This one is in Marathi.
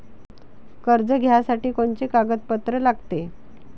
कर्ज घ्यासाठी कोनचे कागदपत्र लागते?